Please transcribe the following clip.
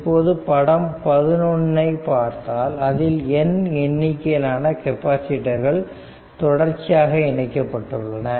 இப்போது படம் 11 ஐ பார்த்தால் அதில் n எண்ணிக்கையிலான கெப்பாசிட்டர்கள் தொடர்ச்சியாக இணைக்கப்பட்டுள்ளன